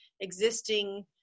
existing